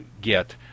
get